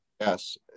Yes